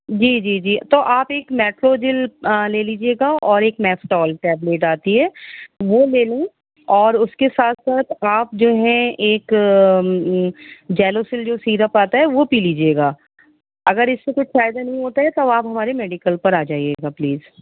جی جی جی تو آپ ایک میٹرو جل لے لیجیے گا اور ایک میفٹال ٹبیلیٹ آتی ہے وہ لے لو اور اس کے ساتھ ساتھ آپ جو ہے ایک جیلوسل جو سیرپ آتا ہے وہ پی لیجیے گا اگر اس سے کچھ فائدہ نہیں ہوتا ہے تو اب آپ ہمارے میڈیکل پر آ جائیے گا پلیز